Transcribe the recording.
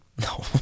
No